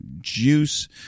juice